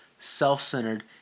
self-centered